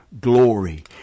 glory